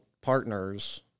partners